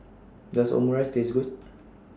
Does Omurice Taste Good